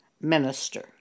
minister